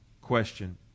question